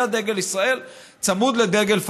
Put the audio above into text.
היה דגל ישראל צמוד לדגל פלסטין.